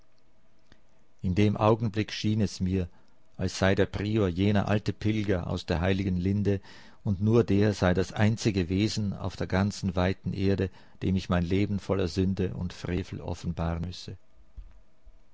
in dem augenblick schien es mir als sei der prior jener alte pilger aus der heiligen linde und nur der sei das einzige wesen auf der ganzen weiten erde dem ich mein leben voller sünde und frevel offenbaren müsse